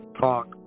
talk